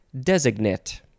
designate